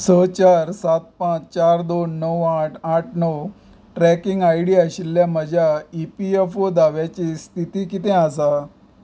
स चार सात पांच चार दोन णव आठ आठ णव ट्रॅकिंग आयडी आशिल्ल्या म्हज्या ई पी एफ ओ दाव्याची स्थिती कितें आसा